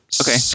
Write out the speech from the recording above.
Okay